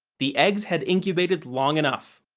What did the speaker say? the eggs had incubated long enough.